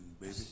baby